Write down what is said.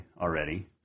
already